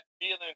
feeling